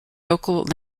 local